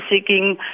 seeking